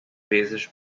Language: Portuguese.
vezes